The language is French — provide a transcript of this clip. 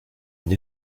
une